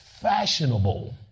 fashionable